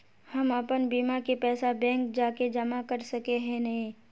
हम अपन बीमा के पैसा बैंक जाके जमा कर सके है नय?